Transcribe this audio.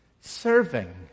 Serving